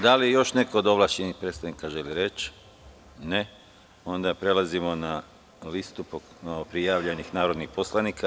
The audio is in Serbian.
Da li još neko od ovlašćenih predstavnika želi reč?(Ne) Prelazimo na listu prijavljenih narodnih poslanika.